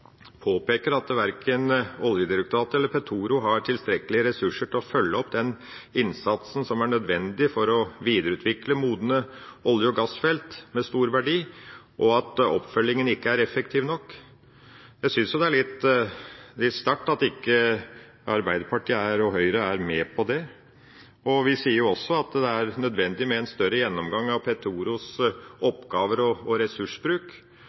påpeker at verken Oljedirektoratet eller Petoro har tilstrekkelige ressurser til å følge opp den innsatsen som er nødvendig for å videreutvikle modne olje- og gassfelt med stor verdi, og at oppfølgingen ikke er effektiv nok. Jeg synes det er litt sterkt at ikke Arbeiderpartiet og Høyre er med på det. Vi sier også at det er nødvendig med en større gjennomgang av Petoros oppgaver og ressursbruk.